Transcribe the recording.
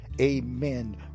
amen